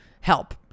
help